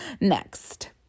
next